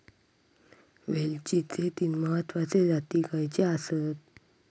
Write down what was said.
वेलचीचे तीन महत्वाचे जाती खयचे आसत?